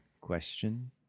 Question